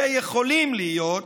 ויכולים להיות,